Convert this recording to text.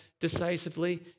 decisively